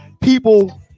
people